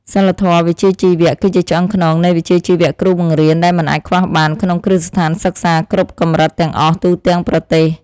សីលធម៌វិជ្ជាជីវៈគឺជាឆ្អឹងខ្នងនៃវិជ្ជាជីវៈគ្រូបង្រៀនដែលមិនអាចខ្វះបានក្នុងគ្រឹះស្ថានសិក្សាគ្រប់កម្រិតទាំងអស់ទូទាំងប្រទេស។